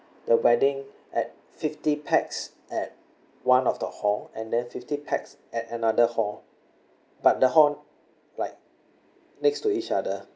the wedding at fifty pax at one of the hall and then fifty pax at another hall but the hall like next to each other